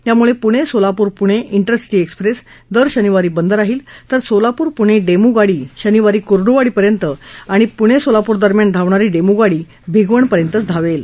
त्यामुळे Pune Solapur Pune intercity express दर शनिवारी बंद राहील तर सोलापूर पुणे डेम गाडी शनिवारी कुर्ड्वाडी पर्यंत तर पुणे सोलाप्रदरम्यान धावणारी डेम गाडी भिगवणपर्यंतच धावेल